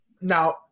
Now